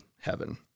heaven